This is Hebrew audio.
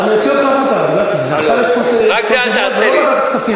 אני אוציא אותך החוצה, זה לא ועדת הכספים.